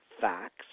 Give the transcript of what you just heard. facts